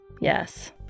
Yes